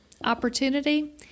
Opportunity